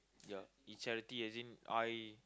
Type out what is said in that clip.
ya if charity as in I